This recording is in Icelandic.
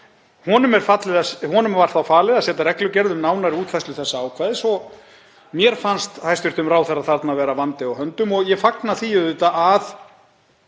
Honum var þá falið að setja reglugerð um nánari útfærslu þessa ákvæðis og mér fannst hæstv. ráðherra þarna vera vandi á höndum. Ég fagna því